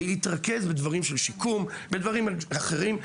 כדי להתרכז בדברים של שיקום ובדברים אחרים,